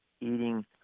eating